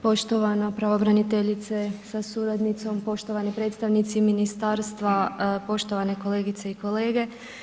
Poštovana pravobraniteljice sa suradnicom, poštovani predstavnici ministarstva, poštovane kolegice i kolege.